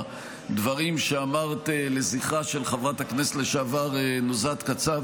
בדברים שאמרת לזכרה של חברת הכנסת לשעבר נוזהת קצב,